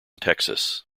texas